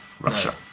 Russia